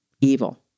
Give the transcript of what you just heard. evil